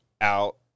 out